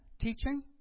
Teaching